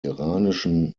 iranischen